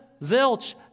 zilch